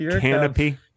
Canopy